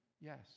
Yes